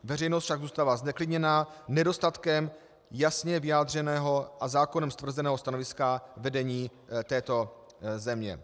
Veřejnost však zůstává zneklidněna nedostatkem jasně vyjádřeného a zákonem stvrzeného stanoviska vedení této země.